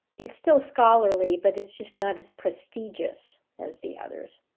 it's still scholarly, but it's just not as prestigious as the others.